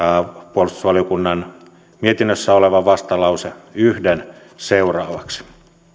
puolustusvaliokunnan mietinnössä olevan vastalauseen yhdeksi seuraavaksi